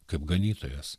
kaip ganytojas